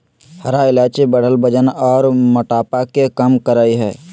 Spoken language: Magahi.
हरा इलायची बढ़ल वजन आर मोटापा के कम करई हई